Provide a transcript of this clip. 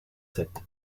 sept